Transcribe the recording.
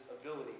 ability